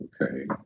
Okay